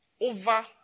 over